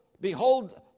behold